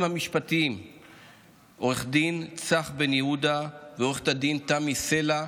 המשפטיים עו"ד צח בן יהודה ועו"ד תמי סלע,